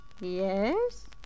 Yes